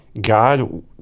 God